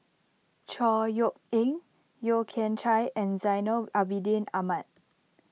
Chor Yeok Eng Yeo Kian Chai and Zainal Abidin Ahmad